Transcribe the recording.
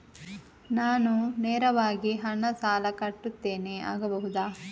ನಾನು ನೇರವಾಗಿ ಹಣ ಸಾಲ ಕಟ್ಟುತ್ತೇನೆ ಆಗಬಹುದ?